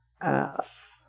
ass